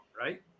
right